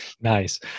nice